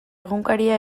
egunkaria